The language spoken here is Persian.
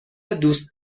دوست